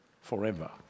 forever